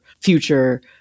future